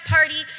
Party